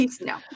No